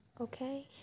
okay